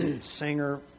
singer